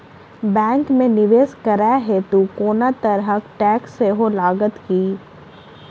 Bank मे निवेश करै हेतु कोनो तरहक टैक्स सेहो लागत की?